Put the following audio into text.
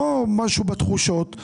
לא משהו בתחושות,